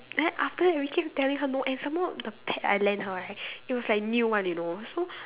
then after that we keep telling her no and some more the pad I lend her right it was like new one you know so